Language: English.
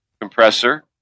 Compressor